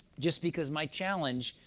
just because my challenge